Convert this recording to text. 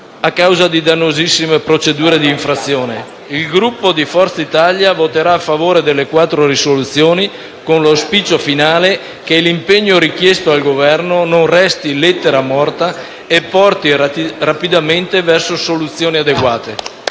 a causa di dannosissime procedure di infrazione. Il Gruppo di Forza Italia voterà a favore delle quattro risoluzioni, con l'auspicio finale che l'impegno richiesto al Governo non resti lettera morta e porti rapidamente verso soluzioni adeguate.